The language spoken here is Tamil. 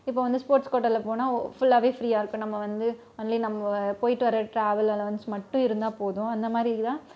இப்போ வந்து ஸ்போர்ட்ஸ் கோட்டாவில் போனால் ஃபுல்லாகவே ஃப்ரீயாக இப்போ நம்ம வந்து அன்லே நம்ம போய்ட்டு வர டிராவல் அலவன்ஸ் மட்டும் இருந்தால் போதும் அந்த மாதிரிலாம்